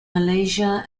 malaysia